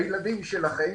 הילדים שלכם,